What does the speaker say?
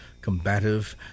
combative